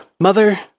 Mother